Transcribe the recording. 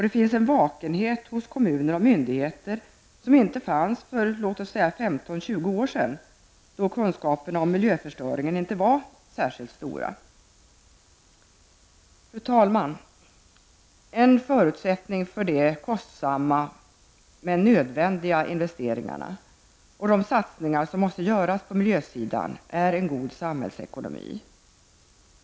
Det finns också en vakenhet hos kommuner och myndigheter som inte fanns för 15--20 år sedan, då kunskaperna om miljöförstöringen inte var särskilt stora. Fru talman! En förutsättning för de kostsamma, men nödvändiga investeringarna och de satsningar som måste göras på miljösidan är en god samhällsekonomi.